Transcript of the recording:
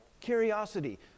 Curiosity